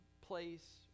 place